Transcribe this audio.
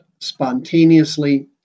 spontaneously